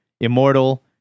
Immortal